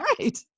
right